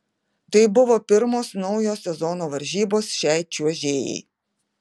tai buvo pirmos naujo sezono varžybos šiai čiuožėjai